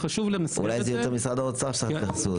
אולי זה יותר משרד האוצר, שצריך התייחסות.